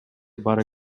бар